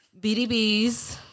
BDBs